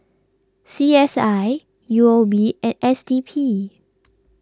C S I U O B and S D P